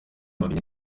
wamenya